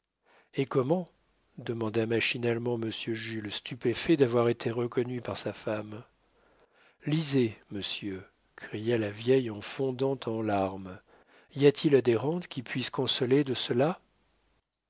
et comment demanda machinalement monsieur jules stupéfait d'avoir été reconnu par sa femme lisez monsieur cria la vieille en fondant en larmes y a-t-il des rentes qui puissent consoler de cela